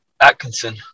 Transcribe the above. Atkinson